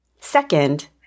Second